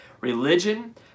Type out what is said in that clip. Religion